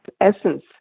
essence